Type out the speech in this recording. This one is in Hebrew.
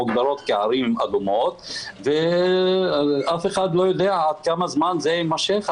מוגדרות כערים אדומות ואף אחד לא יודע כמה זמן זה יימשך,